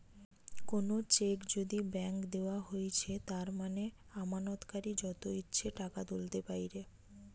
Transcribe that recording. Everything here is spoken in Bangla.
কোনো চেক যদি ব্ল্যাংক দেওয়া হৈছে তার মানে আমানতকারী যত ইচ্ছে টাকা তুলতে পাইরে